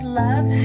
love